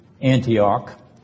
Antioch